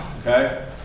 Okay